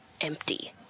empty